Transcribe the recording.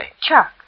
Chuck